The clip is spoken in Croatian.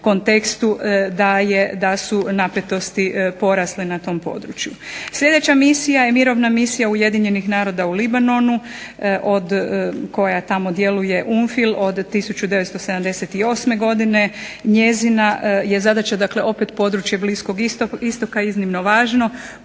da jesu napetosti porasle na tom području. Sljedeća misija je mirovna misija Ujedinjenih naroda u Libanonu koja tamo djeluje od 1978. godine, njezina je zadaća opet područje bliskog Istoka iznimno važno,